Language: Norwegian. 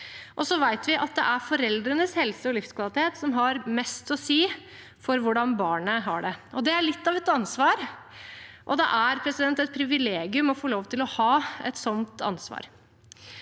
Så vet vi at det er foreldrenes helse og livskvalitet som har mest å si for hvordan barnet har det. Det er litt av et ansvar, og det er et privilegium å få lov til å ha et sånt ansvar.